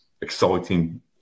exciting